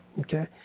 Okay